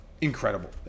incredible